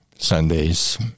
Sundays